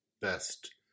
best